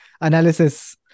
analysis